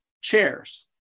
chairs